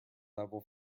level